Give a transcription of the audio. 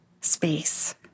space